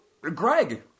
Greg